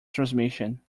transmission